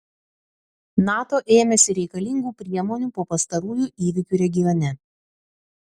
nato ėmėsi reikalingų priemonių po pastarųjų įvykių regione